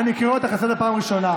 אני קורא אותך לסדר בפעם ראשונה.